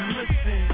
listen